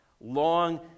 Long